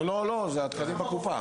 לא, זה התקנים בקופה.